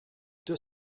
deux